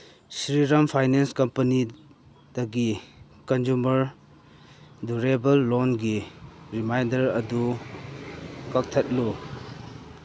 Shriram finance ꯀꯝꯄꯅꯤꯗꯒꯤ consumer durable ꯂꯣꯟꯒꯤ reminder ꯑꯗꯨ ꯀꯛꯊꯠꯂꯨ